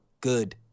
good